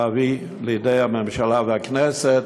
להביא לממשלה ולכנסת.